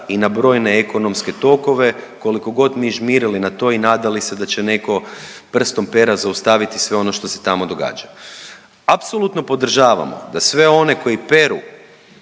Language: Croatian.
i na brojne ekonomske tokove kolikogod mi žmirili na to i nadali se da će neko prstom pera zaustaviti sve ono što se tamo događa. Apsolutno podržavamo da sve one koji peru